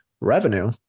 Revenue